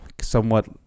somewhat